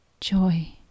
joy